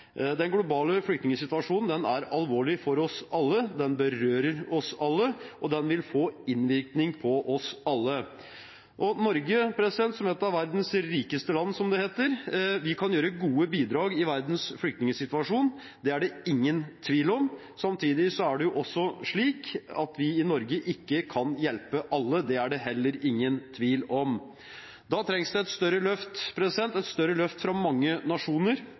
Den globale flyktningsituasjonen er alvorlig for oss alle. Den berører oss alle, og den vil få innvirkning på oss alle. Norge som ett av verdens rikeste land, som det heter, kan gi gode bidrag i verdens flyktningsituasjon. Det er det ingen tvil om. Samtidig er det slik at vi i Norge ikke kan hjelpe alle. Det er det heller ingen tvil om. Da trengs det et større løft, et større løft fra mange nasjoner.